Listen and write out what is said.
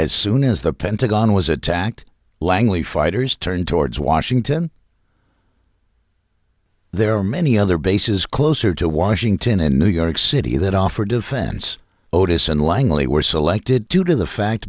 as soon as the pentagon was attacked langley fighters turn towards washington there are many other bases closer to washington and new york city that offer defense otis and langley were selected due to the fact